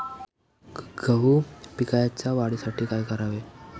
गहू पिकाच्या वाढीसाठी काय करावे?